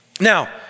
Now